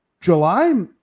July